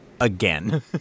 again